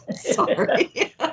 Sorry